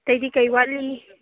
ꯑꯇꯩꯗꯤ ꯀꯩ ꯋꯥꯠꯂꯤ